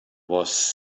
was